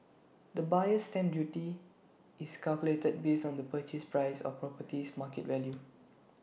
the buyer's stamp duty is calculated based on the purchase price or property's market value